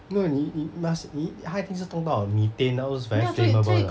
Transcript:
没有你你 must 你他一定是动到 methanol's very flammable 的